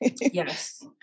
Yes